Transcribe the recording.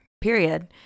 period